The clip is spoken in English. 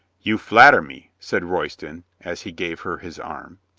you flatter me, said royston, as he gave her his arm.